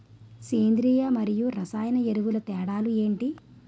సేంద్రీయ మరియు రసాయన ఎరువుల తేడా లు ఏంటి?